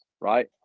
right